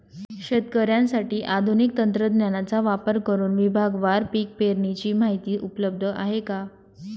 शेतकऱ्यांसाठी आधुनिक तंत्रज्ञानाचा वापर करुन विभागवार पीक पेरणीची माहिती उपलब्ध आहे का?